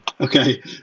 okay